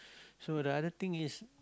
so the other thing is